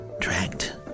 tracked